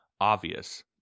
obvious